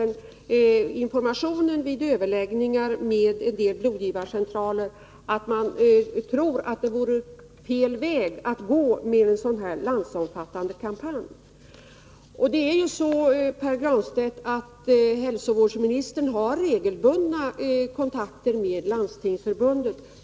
Vi har vid överläggningar med en del blodgivarcentraler fått den informationen att man tror att en sådan här landsomfattande kampanj vore fel väg att gå. Det är på det sättet, Pär Granstedt, att hälsovårdsministern tar regelbundna kontakter med Landstingsförbundet.